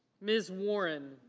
ms. warren.